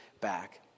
back